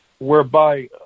whereby